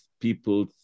people